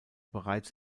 bereits